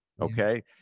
Okay